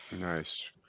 Nice